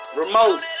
remote